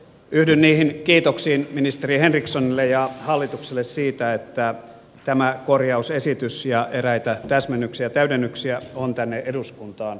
yhdyn niihin kiitoksiin ministeri henrikssonille ja hallitukselle siitä että tämä korjausesitys ja eräitä täsmennyksiä ja täydennyksiä on tänne eduskuntaan saatu